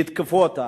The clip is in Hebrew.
ויתקפו אותה.